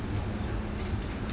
uh is it